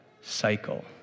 cycle